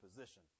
position